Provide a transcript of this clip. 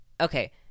okay